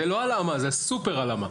זה לא הלמה, זה סופר הלמה.